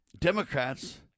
Democrats